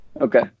okay